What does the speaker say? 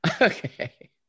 Okay